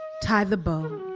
tie the bow.